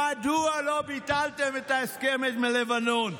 מדוע לא ביטלתם את ההסכם עם לבנון?